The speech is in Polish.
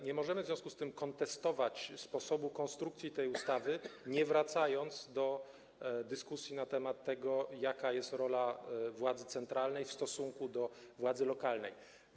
Nie możemy w związku z tym kontestować sposobu konstrukcji tej ustawy, nie wracając do dyskusji na temat tego, jaka jest rola władzy centralnej w stosunku do władzy lokalnej.